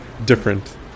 different